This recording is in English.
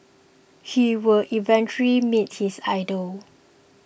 he would eventually meet his idol